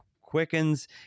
quickens